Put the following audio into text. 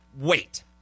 Wait